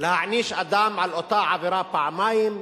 להעניש אדם על אותה עבירה פעמיים.